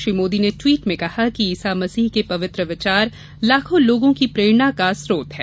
श्री मोदी ने ट्वीट में कहा कि ईसा मसीह के पवित्र विचार लाखों लोगों की प्रेरणा का स्रोत हैं